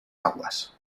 aguas